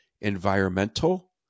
environmental